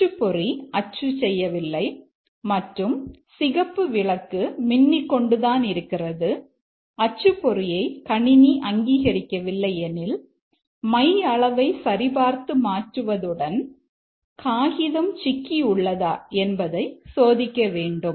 அச்சுப்பொறி அச்சு செய்யவில்லை மற்றும் சிகப்பு விளக்கு மின்னிக் கொண்டு தான் இருக்கிறது அச்சுப்பொறியை கணினி அங்கீகரிக்கவில்லை எனில் மை அளவை சரி பார்த்து மாற்றுவதுடன் காகிதம் சிக்கி உள்ளதா என்பதை சோதிக்க வேண்டும்